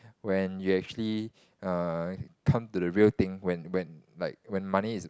when you actually err come to the real thing when when like when money is